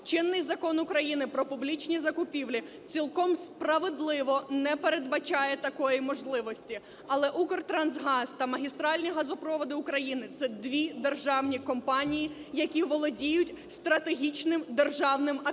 Чинний Закон України "Про публічні закупівлі" цілком справедливо не передбачає такої можливості. Але "Укртрансгаз" та "Магістральні газопроводи України" – це дві державні компанії, які володіють стратегічним державним активом.